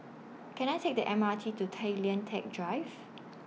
Can I Take The M R T to Tay Lian Teck Drive